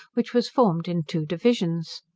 which was formed in two divisions.